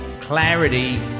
clarity